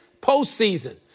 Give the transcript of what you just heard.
postseason